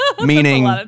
meaning